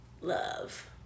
love